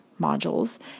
modules